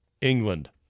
England